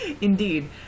indeed